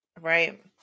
Right